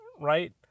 Right